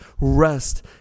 rest